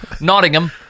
Nottingham